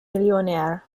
millionär